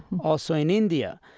also in india.